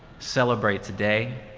celebrate today.